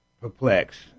perplexed